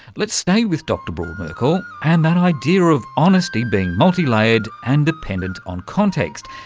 let's stay with dr brodmerkel and that idea of honesty being multi-layered and dependant on context,